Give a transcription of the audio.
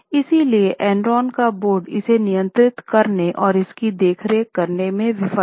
इसलिए एनरॉन का बोर्ड इसे नियंत्रित करने और इसकी देखरेख करने में विफल रहा